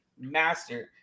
master